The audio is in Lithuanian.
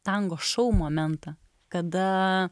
tango šou momentą kada